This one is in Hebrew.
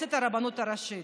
במועצת הרבנות הראשית.